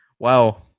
Wow